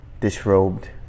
disrobed